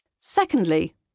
Secondly